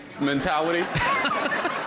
mentality